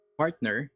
partner